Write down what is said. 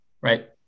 right